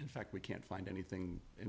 in fact we can't find anything and